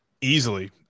Easily